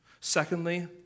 Secondly